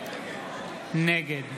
נגד